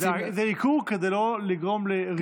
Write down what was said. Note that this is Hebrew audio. זה עיקור כדי לא לגרום לריבוי.